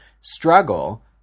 struggle